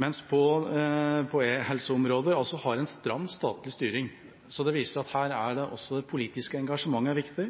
mens de på e-helseområdet har en stram statlig styring. Det viser at her er også det politiske engasjementet viktig,